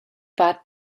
part